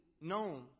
known